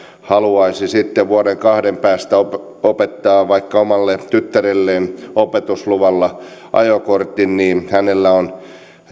haluaisi vuoden kahden päästä opettaa vaikka omalle tyttärelleen opetusluvalla ajokortin niin hänellä on